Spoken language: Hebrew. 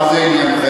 מה זה עניינכם.